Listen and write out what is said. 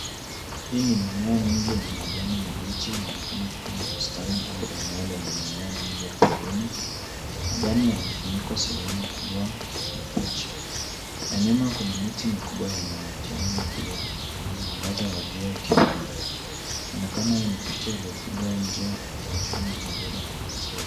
Hii ni mimea mingi yenye majani mabichi yanaonekana kama bustani au eneo lenye mimea mingi ya porini. Majani yamefunika sehemu kubwa ya picha na nyuma kuna miti mikubwa ya majani pia na mwangaza wa jua ikipenya. Inaonekana hii ni picha lilopigwa nje katika mazingira ya asili.